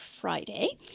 Friday